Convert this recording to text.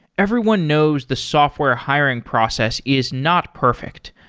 everyone knows the software hiring process is not perfect.